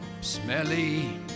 smelly